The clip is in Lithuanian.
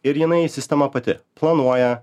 ir jinai sistema pati planuoja